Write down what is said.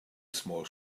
small